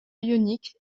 ionique